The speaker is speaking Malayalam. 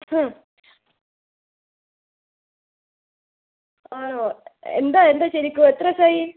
ഹാ ആണോ എന്താ എന്താ ശരിക്കും എത്ര ദിവസമായി